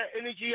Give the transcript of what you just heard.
energy